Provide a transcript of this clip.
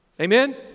Amen